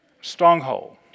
Stronghold